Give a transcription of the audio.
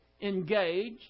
engaged